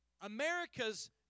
America's